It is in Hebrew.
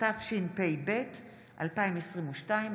התשפ"ב 2022,